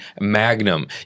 magnum